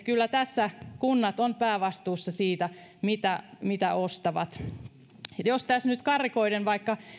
kyllä tässä kunnat ovat päävastuussa siitä mitä mitä ostavat jos tässä nyt karrikoiden vaikka